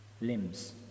limbs